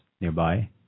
nearby